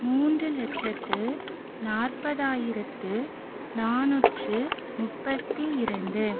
மூன்று லட்சத்து நாற்பதாயிரத்து நானூற்றி முப்பத்தி இரண்டு